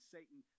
Satan